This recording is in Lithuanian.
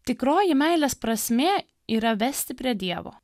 tikroji meilės prasmė yra vesti prie dievo